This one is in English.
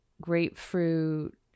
grapefruit